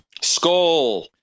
Skull